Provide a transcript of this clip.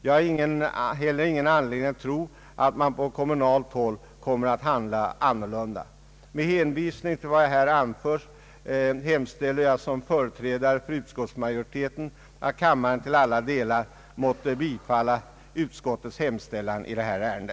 Jag har heller ingen anledning tro att man på kommunalt håll kommer att handla annorlunda. Med hänvisning till vad jag här anfört hemställer jag som företrädare för utskottsmajoriteten att kammaren till alla delar måtte bifalla utskottets hemställan i detta ärende.